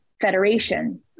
federation